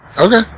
Okay